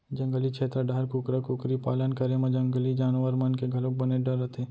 जंगली छेत्र डाहर कुकरा कुकरी पालन करे म जंगली जानवर मन के घलोक बनेच डर रथे